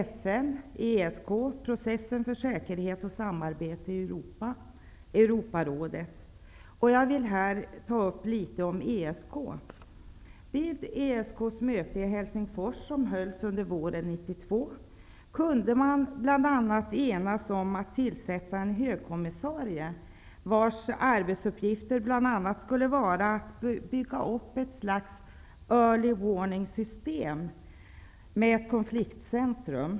FN, ESK, dvs. processen för säkerhet och samarbete i Europa, och Europarådet. Jag vill här beröra ESK. Vid ESK:s möte i Helsingfors, som hölls under våren 1992, kunde man bl.a. enas om att tillsätta en högkommissarie, vars arbetsuppgifter bl.a. skulle vara att bygga upp ett slags ''early warning system'' med ett konfliktcentrum.